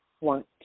want